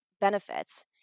benefits